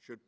should